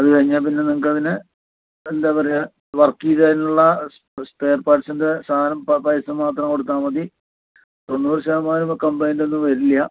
അത് കഴിഞ്ഞാൽ പിന്നെ നിങ്ങൾക്കതിനെ എന്താ പറയുക വർക്ക് ചെയ്തരുന്നുള്ള സ്പെയർ പാർട്സിൻ്റെ സാധനം പൈ പൈസ മാത്രം കൊടുത്താൽ മതി തൊണ്ണൂറ് ശതമാനം ഇപ്പോൾ കംപ്ളേയിന്റൊന്നും വരില്ല